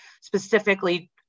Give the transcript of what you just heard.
specifically